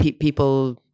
people